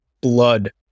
Blood